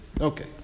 Okay